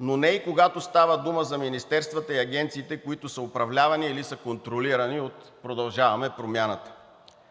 но не и когато става дума за министерствата и агенциите, които са управлявани или са контролирани от „Продължаваме Промяната“.